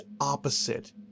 opposite